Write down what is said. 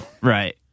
Right